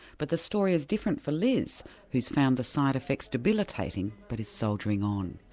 but the story is different for liz who's found the side effects debilitating but is soldiering on.